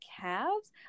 calves